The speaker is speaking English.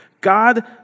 God